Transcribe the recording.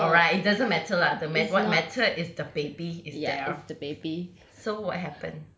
alright it doesn't matter lah the ma~ what mattered is the baby is there ya if the baby so what happened